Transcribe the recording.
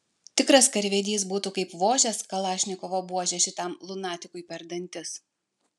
tikras karvedys būtų kaip vožęs kalašnikovo buože šitam lunatikui per dantis